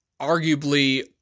arguably